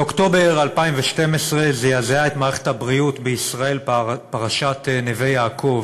באוקטובר 2012 זעזעה את מערכת הבריאות בישראל פרשת "נווה יעקב"